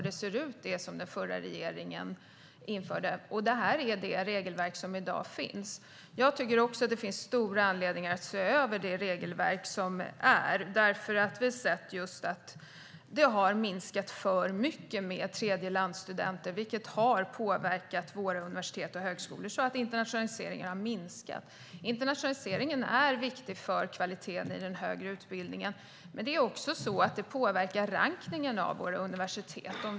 Det är det regelverk som finns. Det finns stor anledning att se över nuvarande regelverk eftersom antalet tredjelandsstudenter har minskat för mycket, vilket har påverkat våra universitet och högskolor så att internationaliseringen har minskat. Internationaliseringen är viktig för kvaliteten i den högre utbildningen, men den påverkar också rankningen av våra universitet.